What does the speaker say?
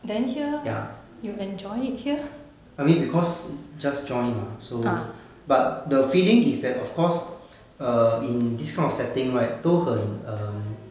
ya I mean because just join mah so but the feeling is that of course err in this kind of setting right 都很 err